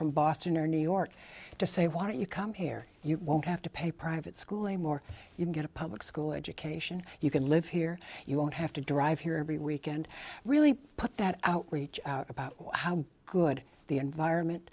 from boston or new york to say why don't you come here you won't have to pay private schooling more you can get a public school education you can live here you won't have to drive here every weekend really put that out reach out about how good the environment